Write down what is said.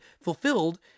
fulfilled